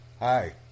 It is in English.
Hi